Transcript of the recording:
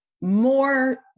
more